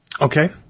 Okay